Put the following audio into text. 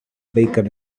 baker